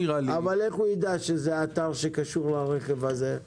אבל איך הוא ידע שזה האתר שקשור לרכב הזה?